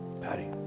Patty